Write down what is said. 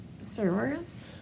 servers